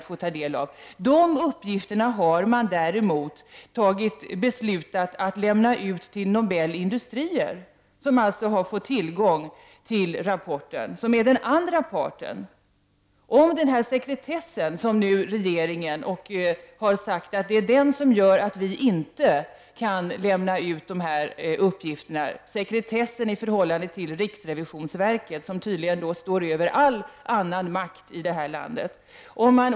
Däremot har man beslutat att lämna ut dessa uppgifter till Nobel Industrier, den andra parten, som alltså har fått tillgång till rapporten. Regeringen säger att det är sekretessen som gör att man inte kan lämna ut uppgifterna, alltså sekretessen i förhållande till riksrevisionsverket som tydligen står över all makt i det här landet.